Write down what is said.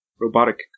robotic